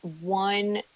one